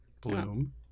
Bloom